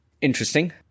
Interesting